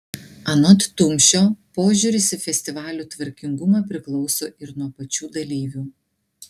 anot tumšio požiūris į festivalių tvarkingumą priklauso ir nuo pačių dalyvių